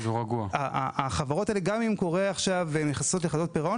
גם אם הן נכנסות לחדלות פירעון